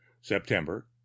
september